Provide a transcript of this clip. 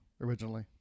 originally